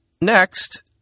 Next